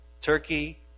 Turkey